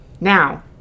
Now